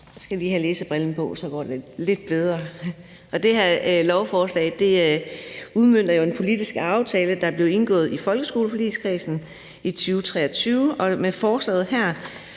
Jeg skal lige have læsebrillen på, så går det lidt bedre. Det her lovforslag udmønter jo en politisk aftale, der blev indgået i folkeskoleforligskredsen i 2023, og med forslaget her